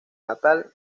natal